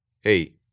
hey